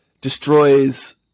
destroys